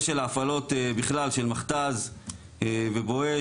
של ההפעלות בכלל של מכת"ז ו"בואש".